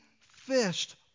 fished